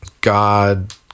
God